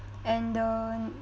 and the